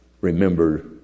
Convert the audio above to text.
remember